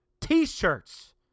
t-shirts